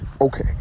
okay